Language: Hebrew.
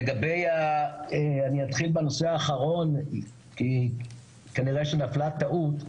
אני אתחיל בנושא האחרון, כי כנראה שנפלה טעות,